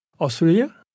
Australia